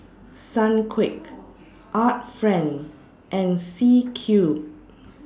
Sunquick Art Friend and C Cube